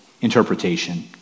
interpretation